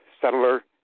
settler